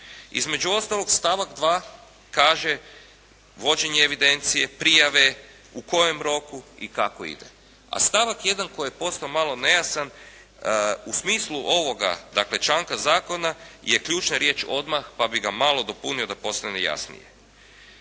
Između ostalog stavak 2. kaže vođenje evidencije, prijave, u kojem roku i kako ide, a stavak 1. koji je postao malo nejasan u smislu ovoga dakle članka zakona je ključna riječ odmah, pa bih ga malo dopunio da postane jasnije.